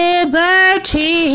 Liberty